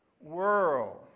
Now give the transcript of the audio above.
world